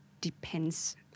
Depends